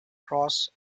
cross